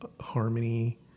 Harmony